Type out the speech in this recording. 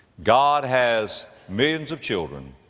god has millions of children